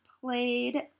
played